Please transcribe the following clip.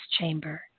chamber